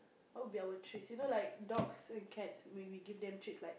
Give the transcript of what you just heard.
what'll be our treats you know like dogs and cats when we give them treats like